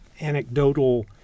anecdotal